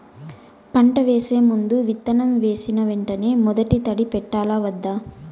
పంట వేసే ముందు, విత్తనం వేసిన వెంటనే మొదటి తడి పెట్టాలా వద్దా?